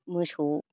मोसौखौबो